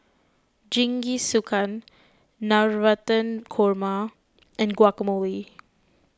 Jingisukan Navratan Korma and Guacamole